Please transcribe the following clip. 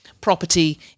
property